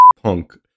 Punk